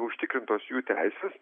užtikrintos jų teises